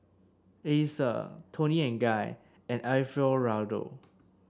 Acer Toni and Guy and Alfio Raldo